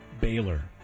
Baylor